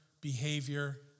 behavior